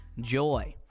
joy